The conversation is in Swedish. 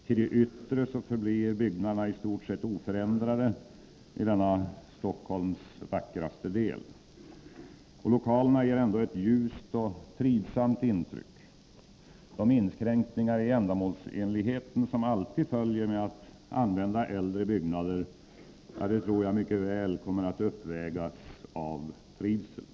Till det yttre har byggnaderna förblivit i stort sett oförändrade i denna Stockholms vackraste del. Lokalerna ger ändå ett ljust och trivsamt intryck. De inskränkningar i ändamålsenligheten som alltid följer med att använda äldre byggnader tror jag mycket väl kommer att uppvägas av trivseln.